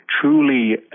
truly